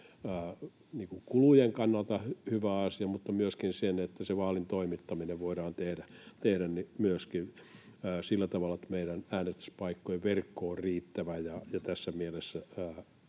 kulujen kannalta hyvä asia, mutta myöskin sen, että vaalin toimittaminen voidaan tehdä sillä tavalla, että meidän äänestyspaikkojen verkko on riittävä ja tässä mielessä